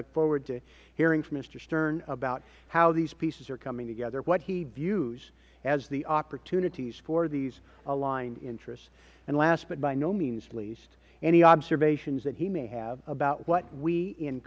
look forward to hearing from mister stern about how these pieces are coming together what he views as the opportunities for these aligned interests and last but by no means least any observations that he may have about what we in